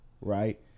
Right